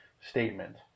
statement